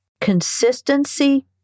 Consistency